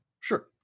Sure